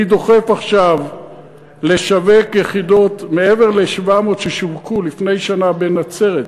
אני דוחף עכשיו לשווק יחידות מעבר ל-700 ששווקו לפני שנה בנצרת,